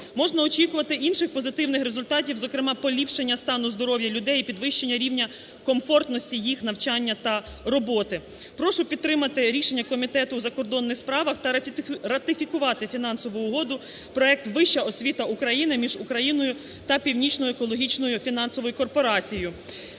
Можна очікувати інших позитивних результатів, зокрема поліпшення стану здоров'я людей і підвищення рівня комфортності їх навчання та роботи. Прошу підтримати рішення Комітету у закордонних справах та ратифікувати Фінансову угоду (Проект "Вища освіта України") між Україною та Північною екологічною фінансовою корпорацією.